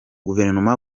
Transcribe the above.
guverinoma